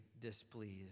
displeased